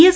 S